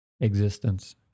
existence